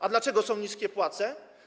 A dlaczego są niskie płace?